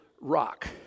rock